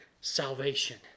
salvation